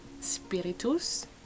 spiritus